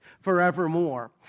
forevermore